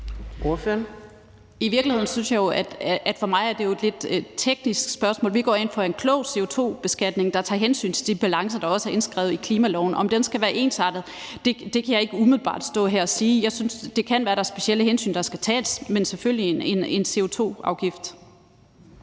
mig at se er det jo i virkeligheden et lidt teknisk spørgsmål. Vi går ind for en klog CO2-beskatning, der tager hensyn til de balancer, der også er indskrevet i klimaloven. Om den skal være ensartet, kan jeg ikke umiddelbart stå her og sige. Det kan være, der er specielle hensyn, der skal tages, men selvfølgelig skal